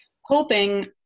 hoping